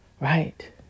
right